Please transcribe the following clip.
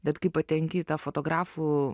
bet kai patenki į tą fotografų